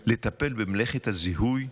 היה לטפל במלאכת הזיהוי,